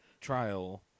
Trial